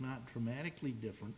not dramatically different